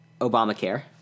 Obamacare